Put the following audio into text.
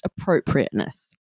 appropriateness